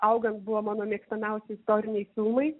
augant buvo mano mėgstamiausi istoriniai filmai